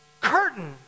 curtain